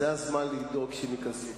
זה הזמן לדאוג שהם ייכנסו.